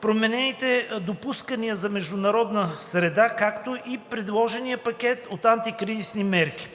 променените допускания за международната среда, както и предложеният пакет от антикризисни мерки.